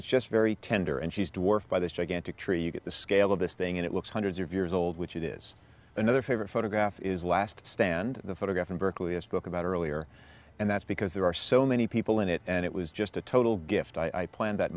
it's just very tender and she's dwarfed by this gigantic tree you get the scale of this thing and it looks hundreds of years old which it is another favorite photograph is last stand the photograph in berkeley i spoke about earlier and that's because there are so many people in it and it was just a total gift i planned that